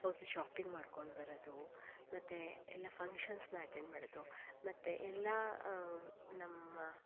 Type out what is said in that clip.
ಹೋಗಿ ಶಾಪಿಂಗ್ ಮಾಡ್ಕೊಂಡು ಬರೋದು ಮತ್ತೆ ಎಲ್ಲ ಫಂಕ್ಷನ್ಸ್ನ ಅಟೆಂಡ್ ಮಾಡೋದು ಮತ್ತೆ ಎಲ್ಲ ನಮ್ಮ